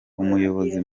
umuyobozi